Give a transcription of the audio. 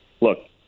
look